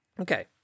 Okay